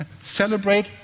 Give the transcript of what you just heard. Celebrate